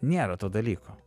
nėra to dalyko